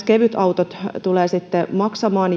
kevytautot tulevat sitten maksamaan